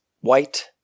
White